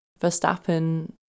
Verstappen